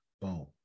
boom